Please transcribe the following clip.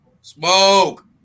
Smoke